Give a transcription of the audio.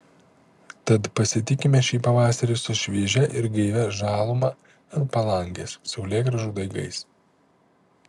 tad pasitikime šį pavasarį su šviežia ir gaivia žaluma ant palangės saulėgrąžų daigais